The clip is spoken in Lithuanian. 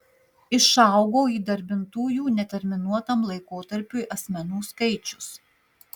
išaugo įdarbintųjų neterminuotam laikotarpiui asmenų skaičius